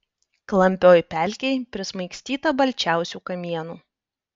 klampioj pelkėj prismaigstyta balčiausių kamienų